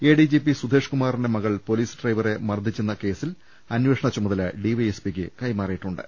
A D G P Sudhesh കുമാറിന്റെ മകൾ police ഡ്രൈവറെ മർദ്ദിച്ചെന്ന കേസിൽ അന്വേഷണ ചുമതല ഡി വൈ എസ് പിക്ക് കൈമാറിയിട്ടുണ്ട്